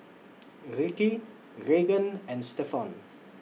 Ricki Reagan and Stephon